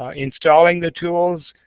ah installing the tools,